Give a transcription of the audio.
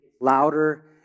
louder